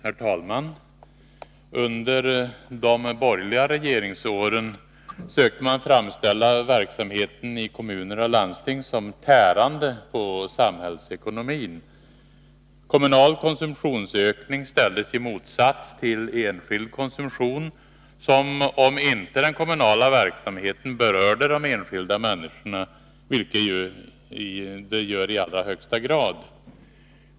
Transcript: Herr talman! Under de borgerliga regeringsåren sökte man framställa verksamheten i kommuner och landsting som tärande på samhällsekonomin. Kommunal konsumtionsökning ställdes i motsats till enskild konsumtion, som om den kommunala verksamheten inte berörde de enskilda människorna, vilket den ju gör i allra högsta grad.